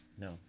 No